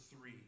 three